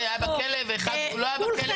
אחד היה בכלא ואחד לא היה בכלא,